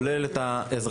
כולל את האזרחים,